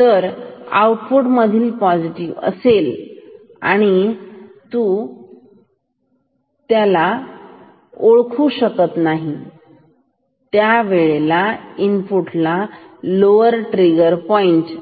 जर आउटपुट आधीच पॉझिटिव्ह असेल तर इनपुटला लोवर ट्रिगर पॉईंट